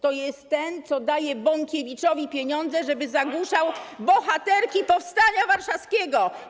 To jest ten, co daje Bąkiewiczowi pieniądze, żeby zagłuszał bohaterki powstania warszawskiego.